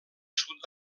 sud